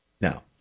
Now